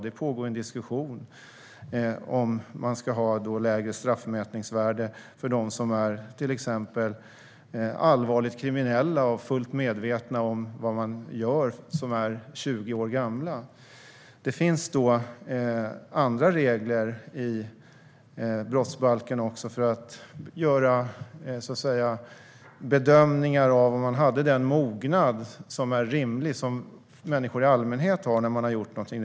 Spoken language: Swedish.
Det pågår en diskussion om huruvida man ska ha lägre straffmätningsvärde för dem som till exempel är allvarligt kriminella och fullt medvetna om vad de gör men är 20 år gamla. Det finns då också andra regler i brottsbalken för att göra bedömningar av om personen hade den mognad som är rimlig och som människor i allmänhet har när de har gjort någonting.